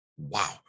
wow